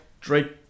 Drake